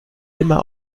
immer